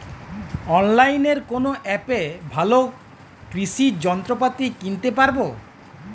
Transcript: অনলাইনের কোন অ্যাপে ভালো কৃষির যন্ত্রপাতি কিনতে পারবো?